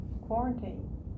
quarantine